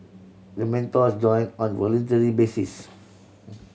the mentors join on voluntary basis